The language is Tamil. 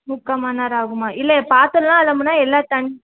முக்கால் மணி நேரம் ஆகுமா இல்லை பாத்திரலாம் அலம்புனா எல்லா தண்